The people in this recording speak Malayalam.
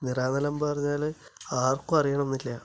നിറ എന്നെല്ലാം പറഞ്ഞാൽ ആർക്കും അറിയണമെന്നില്ല